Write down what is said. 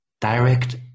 direct